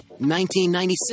1996